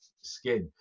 skin